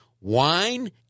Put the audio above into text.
wine